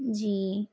جی